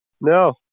No